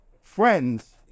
Friends